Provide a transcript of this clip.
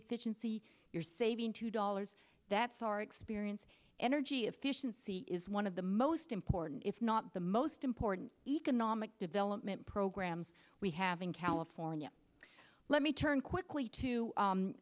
efficiency you're saving two dollars that's our experience energy efficiency is one of the most important if not the most important economic development programs we have in california let me turn quickly